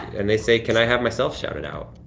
and they say, can i have myself shouted out?